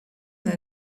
that